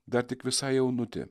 dar tik visai jaunutė